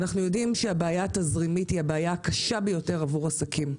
אנחנו יודעים שהבעיה התזרימית היא הבעיה הקשה ביותר עבור עסקים.